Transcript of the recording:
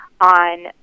on